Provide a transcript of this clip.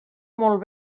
molt